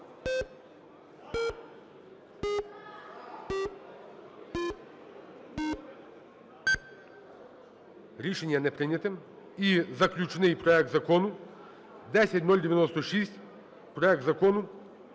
Рішення не прийнято. І заключний - проект закону 10096. Проект Закону